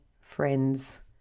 friends